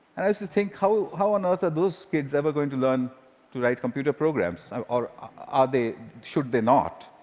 and i used to think, how how on earth are those kids ever going to learn to write computer programs? or or ah should they not?